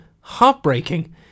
heartbreaking